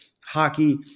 hockey